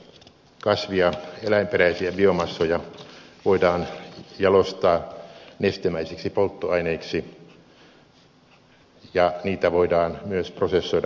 kasvi ja eläinperäisiä biomassoja voidaan jalostaa nestemäisiksi polttoaineiksi ja niitä voidaan myös prosessoida biokaasuksi